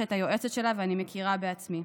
שהייתה היועצת שלה ושאני מכירה בעצמי.